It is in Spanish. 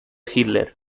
hitler